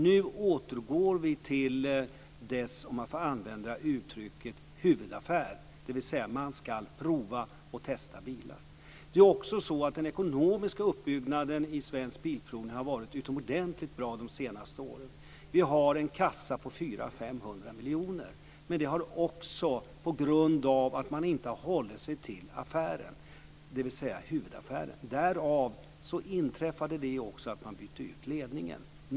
Nu återgår vi till dess, om man får använda uttrycket, huvudaffär, dvs. att man ska prova och testa bilar. Det är också så att den ekonomiska uppbyggnaden i Svensk Bilprovning har varit utomordentligt bra de senaste åren. Vi har en kassa på 400-500 miljoner. Men på grund av att man inte hållit sig till affären, dvs. huvudaffären, inträffade det att man bytte ut ledningen.